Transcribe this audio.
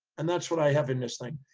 and that's what i have in this thing.